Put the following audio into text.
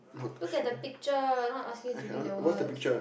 look at the picture not asking you to read the words